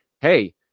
hey